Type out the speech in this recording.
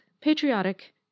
patriotic